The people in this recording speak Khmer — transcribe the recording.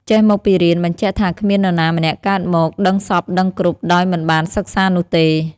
«ចេះមកពីរៀន» បញ្ជាក់ថាគ្មាននរណាម្នាក់កើតមកដឹងសព្វដឹងគ្រប់ដោយមិនបានសិក្សានោះទេ។